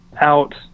out